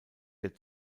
der